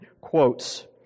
quotes